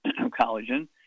collagen